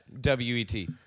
W-E-T